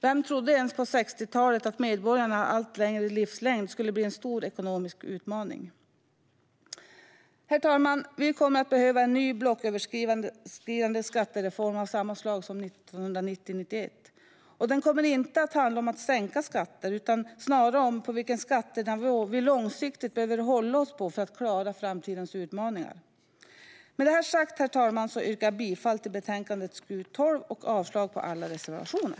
Vem trodde ens på 60-talet att medborgarnas allt längre livslängd skulle blir en stor ekonomisk utmaning? Herr talman! Vi kommer att behöva en ny blocköverskridande skattereform av samma slag som den 1990-1991. Den kommer inte att handla om att sänka skatter utan snarare om vilken skattenivå vi långsiktigt behöver hålla oss på för att klara framtidens utmaningar. Med detta sagt, herr talman, yrkar jag bifall till utskottets förslag i betänkande SkU12 och avslag på alla reservationer.